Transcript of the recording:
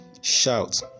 Shout